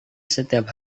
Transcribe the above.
setiap